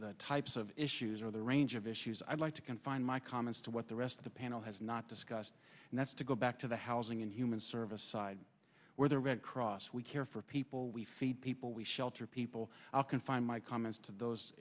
the types of issues are the range of issues i'd like to confine my comments to what the rest of the panel has not discussed and that's to go back to the housing and human services where the red cross we care for people we feed people we shelter people i'll confine my comments to those